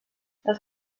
els